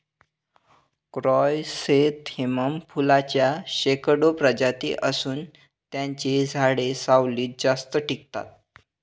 chrysanthemum फुलांच्या शेकडो प्रजाती असून त्यांची झाडे सावलीत जास्त टिकतात